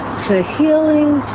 to healing,